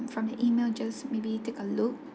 from the email just maybe take a look